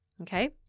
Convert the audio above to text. okay